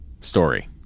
story